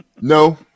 No